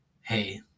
hey